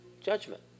judgment